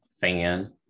fan